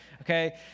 okay